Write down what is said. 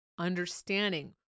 understanding